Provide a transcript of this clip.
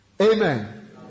Amen